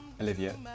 Olivia